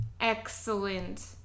excellent